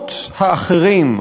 הרעיונות האחרים,